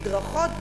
מדרכות,